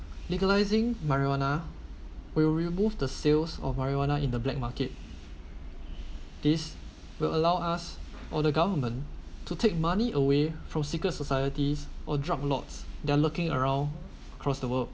legalizing marijuana will remove the sales of marijuana in the black market this will allow us or the government to take money away from secret societies or drug lords they're looking around across the world